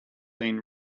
been